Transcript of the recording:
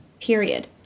Period